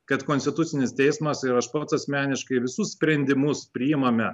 kad konstitucinis teismas ir aš pats asmeniškai visus sprendimus priimame